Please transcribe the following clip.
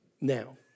now